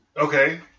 Okay